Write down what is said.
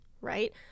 right